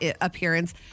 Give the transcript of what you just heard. appearance